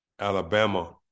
Alabama